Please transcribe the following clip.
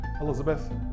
Elizabeth